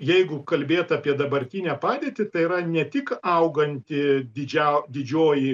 jeigu kalbėt apie dabartinę padėtį tai yra ne tik auganti didžiau didžioji